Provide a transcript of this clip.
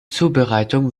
zubereitung